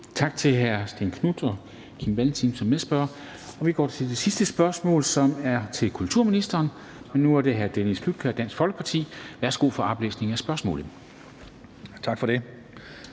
Tak til hr. Stén Knuth og til hr. Kim Valentin som medspørger. Vi går til det sidste spørgsmål, som er til kulturministeren, og nu er det hr. Dennis Flydtkjær, Dansk Folkeparti. Kl. 14:36 Spm. nr.